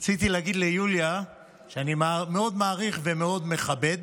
רציתי להגיד ליוליה שאני מאוד מעריך ומאוד מכבד את